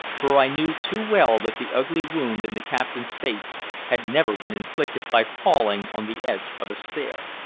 for i knew too well that the ugly wound in the captain's face had never been inflicted by falling on the edge of a stair.